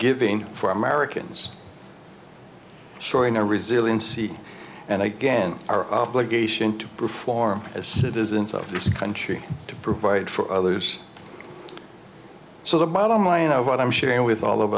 giving for americans showing our resiliency and again our obligation to perform as citizens of this country to provide for others so the bottom line of what i'm sharing with all of